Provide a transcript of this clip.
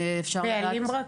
רק בעלים?